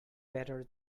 better